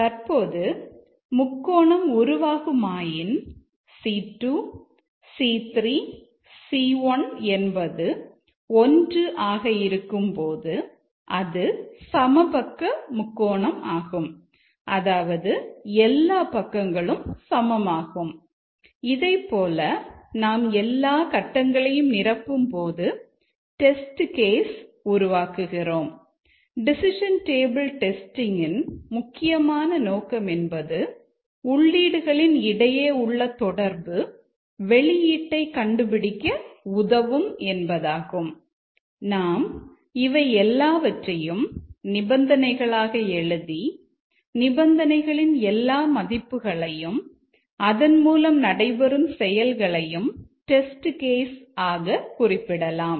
தற்போது முக்கோணம் உருவாகுமாயின் C2 C3 C1 என்பது 1 ஆக இருக்கும்போது அது சமபக்க முக்கோணம் ஆகும் அதாவது எல்லா பக்கங்களும் சமமாகும் இதைப்போல நாம் எல்லா கட்டங்களையும் நிரப்பும்போது டெஸ்ட் கேஸ் ஆக குறிப்பிடலாம்